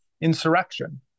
insurrection